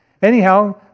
Anyhow